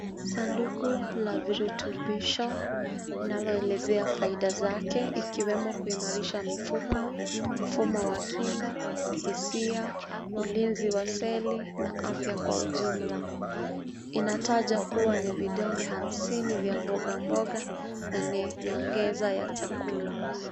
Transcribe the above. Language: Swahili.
Sanduku la virutubisho linaloelezea faida zake ikiwemo kuimarisha mifupa, mfumo wa kinga, hisia, ulinzi wa seli na afya kwa ujumla. Inataja kuwa ni vidonge 50 vya mboga mboga na ni nyongeza ya chakula.